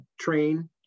train